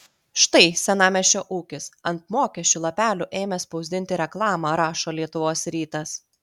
štai senamiesčio ūkis ant mokesčių lapelių ėmė spausdinti reklamą rašo lietuvos rytas